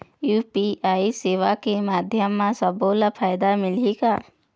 UPI सेवा के माध्यम म सब्बो ला फायदा मिलही का?